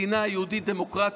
מדינה יהודית דמוקרטית.